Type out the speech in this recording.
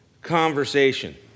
conversation